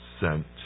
sent